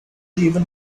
even